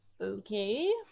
Okay